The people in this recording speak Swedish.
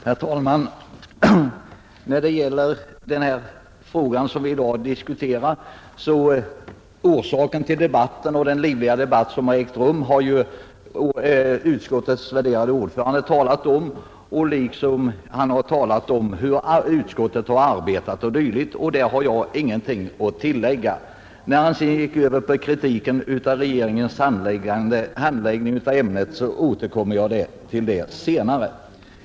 Herr talman! Utskottets värderade ordförande har redan redogjort för orsakerna till den livliga debatt som ägt rum i den fråga som vi i dag diskuterar liksom för hur utskottet arbetat osv., och till detta har jag ingenting att tillägga. Jag återkommer senare till den kritik av regeringens handläggning av frågan som han sedan gick in på.